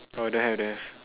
oh don't have don't have